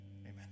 amen